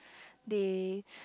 they